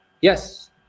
Yes